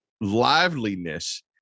liveliness